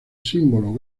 símbolo